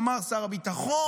אמר שר הביטחון.